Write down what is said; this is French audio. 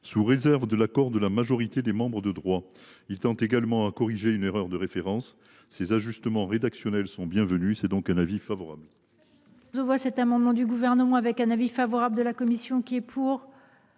sous réserve de l’accord de la majorité des membres de droit. Il tend également à corriger une erreur de référence. Ces ajustements rédactionnels sont bienvenus : avis favorable.